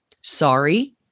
Sorry